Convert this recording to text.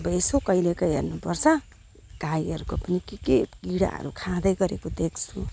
अब यसो कहिलेकाहीँ हेर्नुपर्छ गाईहरूको पनि के के किराहरू खाँदै गरेको देख्छु